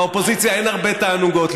באופוזיציה אין הרבה תענוגות,